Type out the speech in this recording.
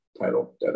title